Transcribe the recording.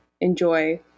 enjoy